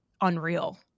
unreal